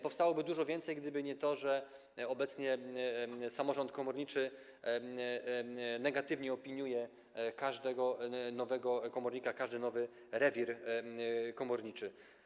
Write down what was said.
Powstałoby dużo więcej, gdyby nie to, że obecnie samorząd komorniczy negatywnie opiniuje każdego nowego komornika, każdy nowy rewir komorniczy.